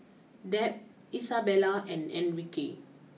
Deb Isabella and Enrique